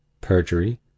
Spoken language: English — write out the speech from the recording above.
perjury